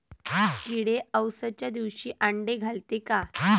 किडे अवसच्या दिवशी आंडे घालते का?